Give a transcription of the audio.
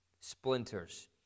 splinters